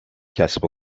کسب